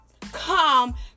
come